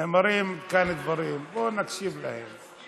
נאמרים כאן דברים, בוא נקשיב להם.